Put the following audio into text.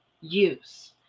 use